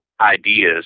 ideas